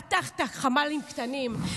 פתחת חמ"לים קטנים,